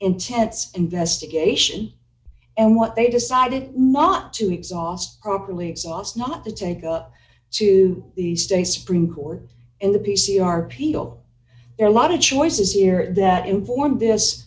intense investigation and what they decided not to exhaust properly exhaust not the take to the state supreme court in the p c r people there are a lot of choices here that inform this